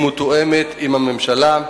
והיא מתואמת עם הממשלה.